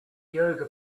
yoga